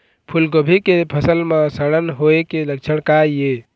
फूलगोभी के फसल म सड़न होय के लक्षण का ये?